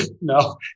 No